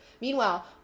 Meanwhile